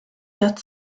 that